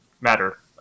matter